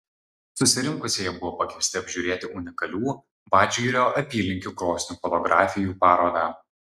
susirinkusieji buvo pakviesti apžiūrėti unikalių vadžgirio apylinkių krosnių fotografijų parodą